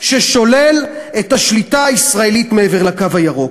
ששולל את השליטה הישראלית מעבר לקו הירוק.